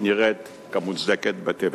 נראית כמוצדקת בתבל.